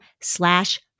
slash